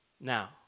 now